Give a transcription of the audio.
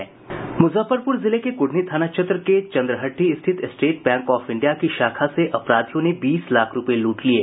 मुजफ्फरपुर जिले के कुढ़नी थाना क्षेत्र के चंद्रहट्टी स्थित स्टेट बैंक ऑफ इंडिया की शाखा से अपराधियों ने बीस लाख रुपये लूट लिये